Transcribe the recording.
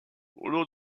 l’eau